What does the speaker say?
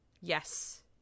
Yes